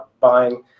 buying